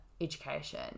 education